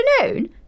afternoon